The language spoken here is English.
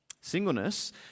singleness